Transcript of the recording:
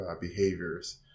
behaviors